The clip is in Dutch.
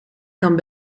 kan